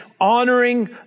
Honoring